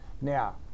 Now